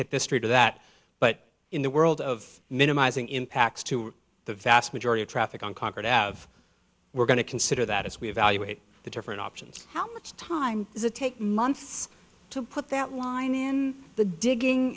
hit the street or that but in the world of minimizing impacts to the vast majority of traffic on concord out of we're going to consider that as we evaluate the different options how much time does it take months to put that line in the digging